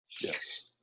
Yes